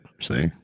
see